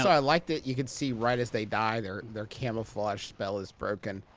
i like that you can see, right as they die, their their camouflage spell is broken.